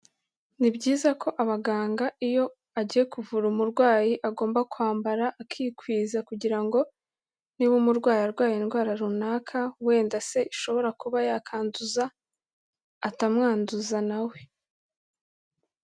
Ni byiza ko abaganga iyo agiye kuvura umurwayi agomba kwambara akikwiza kugira ngo niba umurwayi arwaye indwara runaka, wenda se ishobora kuba yakaduza atamwanduza nawe.